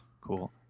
cool